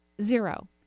Zero